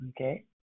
Okay